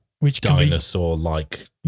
dinosaur-like